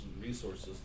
resources